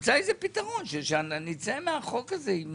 תמצא איזה פתרון שנצא מהחוק הזה עם